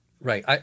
right